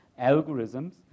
algorithms